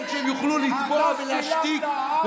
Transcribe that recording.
מי ישלם את זה שלא יהיה בית משפט בישראל?